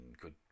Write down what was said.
good